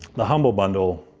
the humble bundle,